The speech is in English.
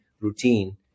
Routine